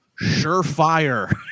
surefire